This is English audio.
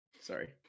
Sorry